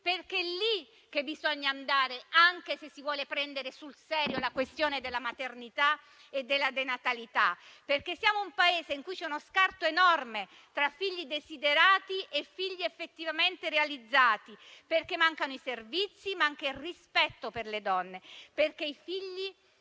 perché è lì che bisogna andare se si vuole prendere sul serio la questione della maternità e della denatalità, perché siamo un Paese in cui c'è uno scarto enorme tra figli desiderati e figli effettivamente realizzati, perché mancano i servizi, ma anche il rispetto per le donne, perché i figli